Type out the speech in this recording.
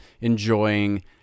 enjoying